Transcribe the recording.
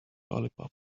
lollipop